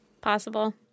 possible